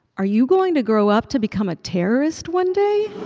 are you going to grow up to become a terrorist one day?